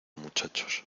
muchachos